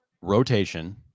rotation